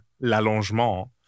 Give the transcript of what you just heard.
l'allongement